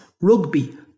rugby